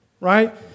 Right